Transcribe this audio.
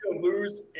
lose